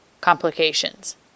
complications